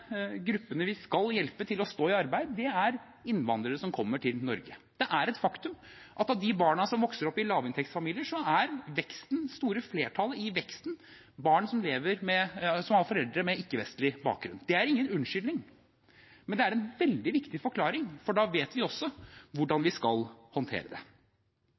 innvandrere som kommer til Norge. Det er et faktum at av de barna som vokser opp i lavinntektsfamilier, er det store flertallet i veksten barn som har foreldre med ikke-vestlig bakgrunn. Det er ingen unnskyldning, men det er en veldig viktig forklaring, for da vet vi også hvordan vi skal håndtere det.